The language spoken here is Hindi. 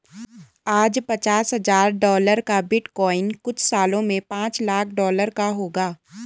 आज पचास हजार डॉलर का बिटकॉइन कुछ सालों में पांच लाख डॉलर का होगा